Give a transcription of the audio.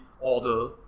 order